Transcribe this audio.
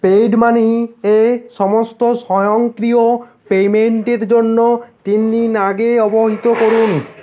PayU money তে সমস্ত স্বয়ংক্রিয় পেমেন্টের জন্য তিন দিন আগে অবহিত করুন